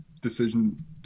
decision